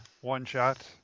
one-shot